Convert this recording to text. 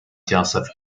joseph